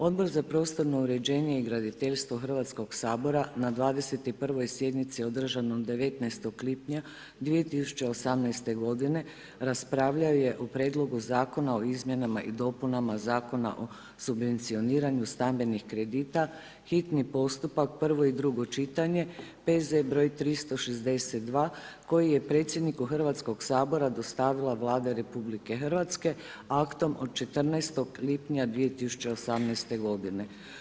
Odbor za prostorno uređenje i graditeljstvo Hrvatskog sabora na 21. sjednici održanom 19. lipnja 2018. godine raspravljao je o prijedlogu zakona o izmjenama i dopunama Zakona o subvencioniranju stambenih kredita, hitni postupak prvo i drugo čitanje, P.Z. br. 362 koji je predsjedniku Hrvatskog sabora dostavila Vlada RH aktom od 14. lipnja 2018. godine.